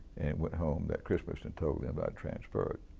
went home that christmas and told them i had transferred,